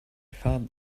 thought